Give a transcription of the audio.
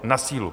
Na sílu.